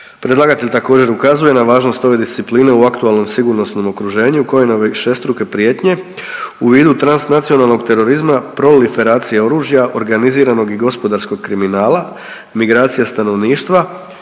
Predlagatelj također ukazuje na važnost ove discipline u aktualnom sigurnosnom okruženju u koje na višestruke prijetnje u vidu transnacionalnog terorizma proliferacija oružja, organiziranog i gospodarskog kriminala, migracija stanovništva,